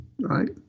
right